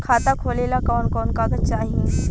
खाता खोलेला कवन कवन कागज चाहीं?